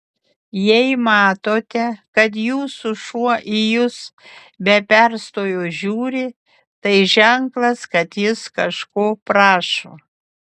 jei matote kad jūsų šuo į jus be perstojo žiūri tai ženklas kad jis kažko prašo